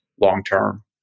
long-term